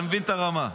אתה מבין את הרמה.